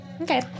okay